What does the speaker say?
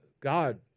God